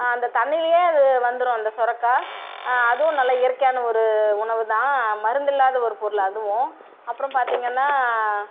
அந்த தண்ணியிலேயே அது வந்துடும் அந்த சொரைக்கா அதுவும் நல்லா இயற்கையான ஒரு உணவு தான் மருந்து இல்லாத ஒரு பொருள் அதுவும் அப்புறம் பார்த்திங்கன்னா